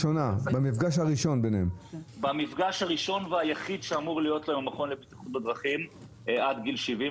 במפגש הראשון והיחיד שאמור להיות לו עם המכון לבטיחות בדרכים עד גיל 70,